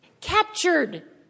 captured